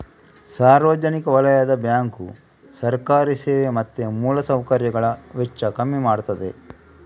ಸಾರ್ವಜನಿಕ ವಲಯದ ಬ್ಯಾಂಕು ಸರ್ಕಾರಿ ಸೇವೆ ಮತ್ತೆ ಮೂಲ ಸೌಕರ್ಯಗಳ ವೆಚ್ಚ ಕಮ್ಮಿ ಮಾಡ್ತದೆ